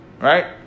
right